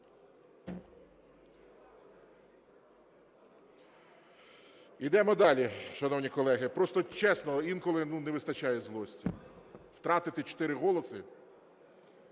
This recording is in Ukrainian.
Ідемо далі, шановні колеги. Просто, чесно, інколи, ну, не вистачає злості. Втратити чотири голоси.